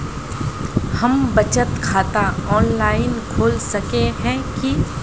हम बचत खाता ऑनलाइन खोल सके है की?